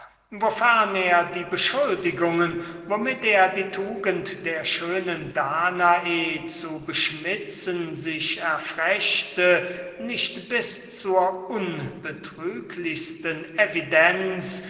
wofern er die beschuldigungen womit er die tugend der schönen danae zu beschmitzen sich erfrechete nicht bis zur unbetrüglichsten evidenz